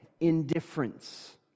indifference